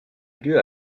lieu